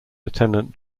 lieutenant